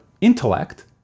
intellect